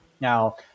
Now